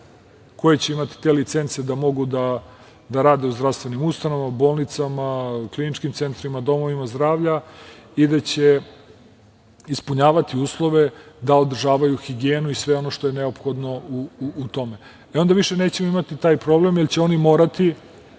koje će imati te licence da mogu da rade u zdravstvenim ustanovama, bolnicama, kliničkim centrima, domovima zdravlja i da će ispunjavati uslove da održavaju higijenu i sve ono što je neophodno u tome. Onda više nećemo imati taj problem, jer će oni morati